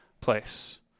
place